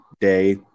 day